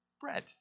bread